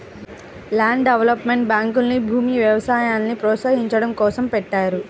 land development బ్యాంకుల్ని భూమి, వ్యవసాయాల్ని ప్రోత్సహించడం కోసం పెట్టారు